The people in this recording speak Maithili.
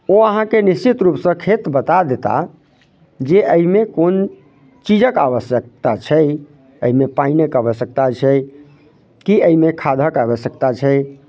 ओ अहाँके निश्चित रूपसँ एतेक बता देता जे अइमे कोन चीजक आवश्यकता छै अइमे पाइनक आवश्यकता छै की अइमे खाधक आवश्यकता छै